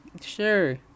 sure